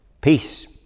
peace